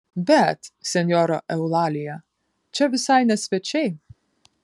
bet senjora eulalija čia visai ne svečiai